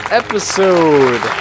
episode